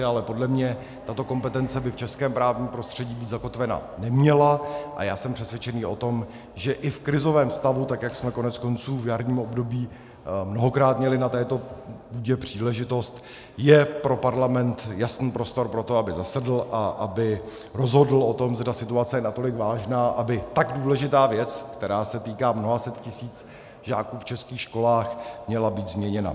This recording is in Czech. Ale podle mě tato kompetence by v českém právním prostředky být zakotvena neměla a já jsem přesvědčený o tom, že i v krizovém stavu, tak jak jsme koneckonců v jarním období mnohokrát měli na této půdě příležitost, je pro Parlament jasný prostor pro to, aby zasedl a aby rozhodl o tom, zda situace je natolik vážná, aby tak důležitá věc, která se týká mnoha set tisíc žáků v českých školách, měla být změněna.